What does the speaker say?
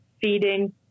feeding